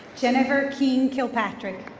jennifer king kilpatrick